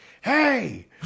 Hey